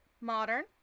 Modern